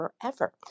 forever